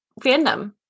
fandom